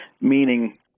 meaning